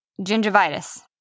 gingivitis